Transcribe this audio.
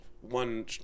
One